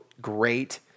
great